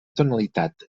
tonalitat